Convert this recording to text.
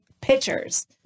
pitchers